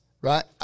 right